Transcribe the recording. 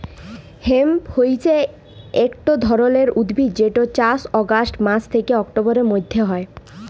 hemp হইসে একট ধরণের উদ্ভিদ যেটর চাস অগাস্ট মাস থ্যাকে অক্টোবরের মধ্য হয়